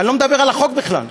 אני לא מדבר על החוק בכלל,